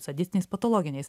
sadistiniais patologiniais